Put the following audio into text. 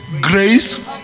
grace